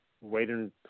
Waiting